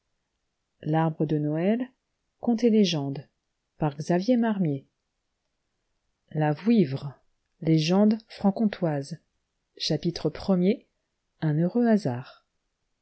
la vouivre légende francomtoise chapitre premier un heureiix hasard